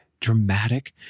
dramatic